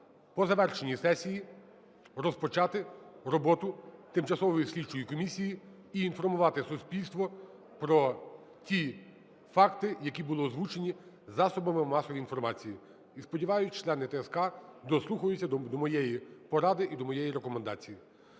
по завершенню сесії розпочати роботу тимчасової слідчої комісії і інформувати суспільство про ті факти, які були озвучені засобами масової інформації. І сподіваюсь, члени ТСК дослухаються до моєї поради і до моєї рекомендації.